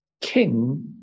king